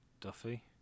Duffy